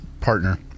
partner